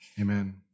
amen